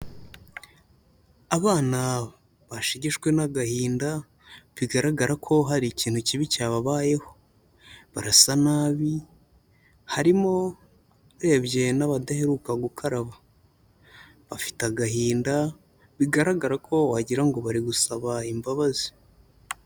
Abana bashegeshwe n'agahinda, bigaragara ko hari ikintu kibi cyababayeho. Barasa nabi harimo urebye n'abadaheruka gukaraba. Bafite agahinda bigaragara ko wagira ngo bari gusaba imbabazi.